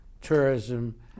tourism